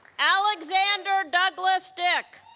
alexander douglas dick